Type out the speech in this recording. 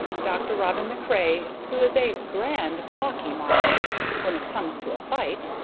dr. robin macrae, who is a grand pawky mon when it comes to a fight,